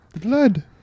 blood